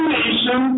nation